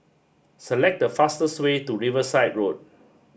select the fastest way to Riverside Road